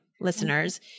listeners